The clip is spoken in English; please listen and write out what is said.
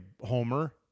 homer